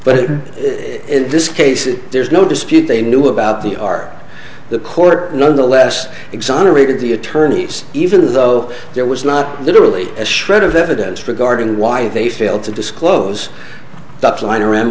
but in this case there's no dispute they knew about the are the court no less exonerated the attorneys even though there was not literally a shred of evidence regarding why they failed to disclose the line around